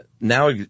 now